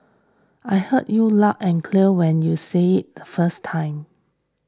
I heard you loud and clear when you said the first time